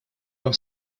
вам